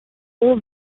all